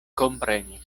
komprenis